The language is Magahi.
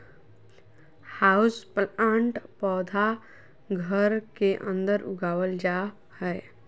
हाउसप्लांट पौधा घर के अंदर उगावल जा हय